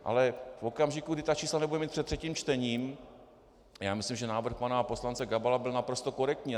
Ale v okamžiku, kdy ta čísla nebudeme mít před třetím čtením, a já myslím, že návrh pana poslance Gabala byl naprosto korektní.